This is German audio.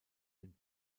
den